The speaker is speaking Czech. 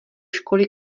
školy